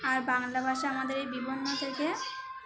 আর বাংলা ভাষা আমাদের এই বিভিন্ন থেকে